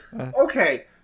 Okay